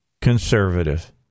conservative